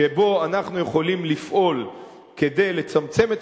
שבו אנחנו יכולים לפעול כדי לצמצם את